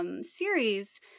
series